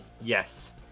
yes